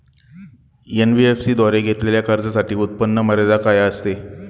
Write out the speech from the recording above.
NBFC द्वारे घेतलेल्या कर्जासाठी उत्पन्न मर्यादा काय असते?